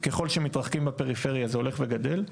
ככל שמתרחקים בפריפריה זה הולך וגדל.